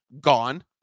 gone